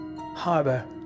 harbor